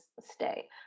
stay